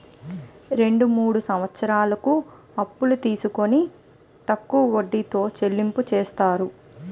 రెండు మూడు సంవత్సరాలకు అప్పు తీసుకొని తక్కువ వడ్డీతో చెల్లింపు చేస్తారు